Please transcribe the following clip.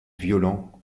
violent